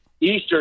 Eastern